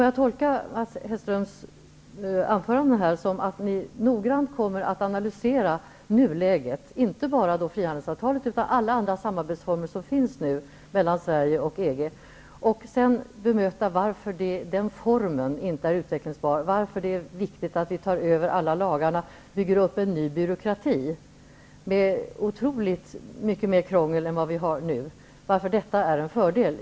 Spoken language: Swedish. Jag tolkar Mats Hellströms anförande som att ni noggrant kommer att analysera nuläget, inte bara frihandelsavtalet utan alla andra samarbetsformer som finns mellan Sverige och EG. Sedan kommer ni att bemöta varför den formen inte är utvecklingsbar, varför det är viktigt att ta över alla lagar och bygga upp en ny byråkrati med otroligt mer krångel än tidigare och varför det är en fördel.